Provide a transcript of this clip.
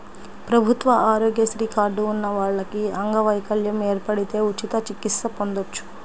ప్రభుత్వ ఆరోగ్యశ్రీ కార్డు ఉన్న వాళ్లకి అంగవైకల్యం ఏర్పడితే ఉచిత చికిత్స పొందొచ్చు